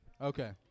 Okay